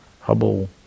Hubble